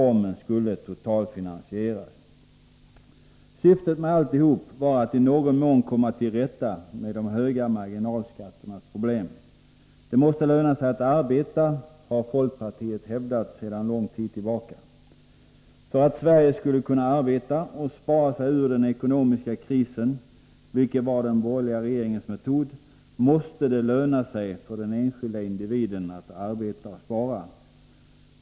Reformen skulle totalfinansieras. Syftet med alltihop var att i någon mån komma till rätta med de höga marginalskatternas problem. ”Det måste löna sig att arbeta”, har folkpartiet hävdat sedan lång tid tillbaka. För att Sverige skulle kunna arbeta och spara sig ur den ekonomiska krisen — vilket var den borgerliga regeringens metod — måste det löna sig för den enskilda individen att arbeta och spara.